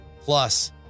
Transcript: plus